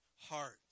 heart